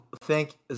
thank